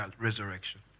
resurrection